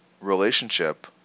relationship